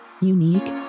unique